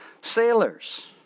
sailors